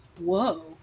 whoa